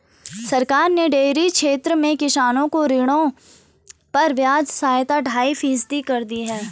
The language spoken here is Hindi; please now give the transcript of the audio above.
सरकार ने डेयरी क्षेत्र में किसानों को ऋणों पर ब्याज सहायता ढाई फीसदी कर दी है